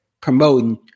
promoting